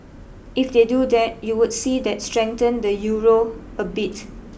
if they do that you would see that strengthen the Euro a bit